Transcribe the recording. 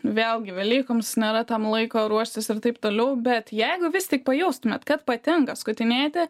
vėlgi velykoms nėra tam laiko ruoštis ir taip toliau bet jeigu vis tik pajaustumėt kad patinka skutinėti